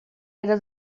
era